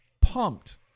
pumped